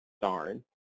darn